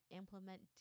implement